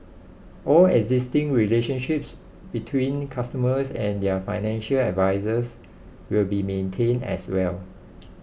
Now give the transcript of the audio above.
all existing relationships between customers and their financial advisers will be maintained as well